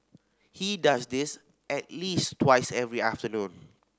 he does this at least twice every afternoon